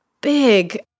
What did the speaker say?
big